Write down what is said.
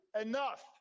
enough